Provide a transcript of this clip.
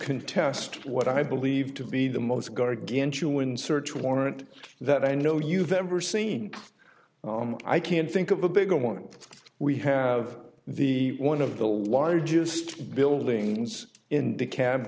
contest what i believe to be the most gargantuan search warrant that i know you've ever seen i can't think of a bigger one we have the one of the largest buildings in the ca